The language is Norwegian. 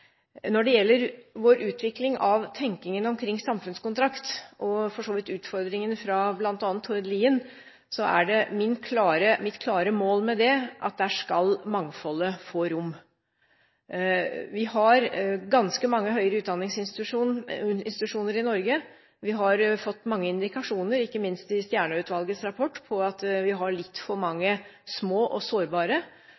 Når det gjelder vår utvikling av tenkingen omkring samfunnskontrakt, og for så vidt utfordringene fra bl.a. Tord Lien, er mitt klare mål med det at der skal mangfoldet få rom. Vi har ganske mange høyere utdanningsinstitusjoner i Norge. Vi har fått mange indikasjoner på, ikke minst i Stjernø-utvalgets rapport, at vi har litt for mange